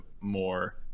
more